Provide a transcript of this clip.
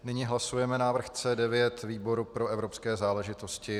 Nyní hlasujeme návrh C9 výboru pro evropské záležitosti.